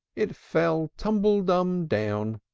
it fell tumble-dum-down.